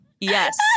yes